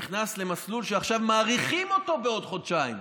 נכנס למסלול שעכשיו מאריכים אותו בעוד חודשיים,